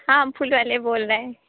ہاں پھول والے بول رہے ہیں